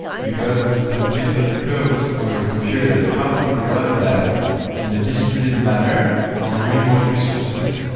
you got some bits of codes on your computer. how do you run that in a distributed manner on remote resources?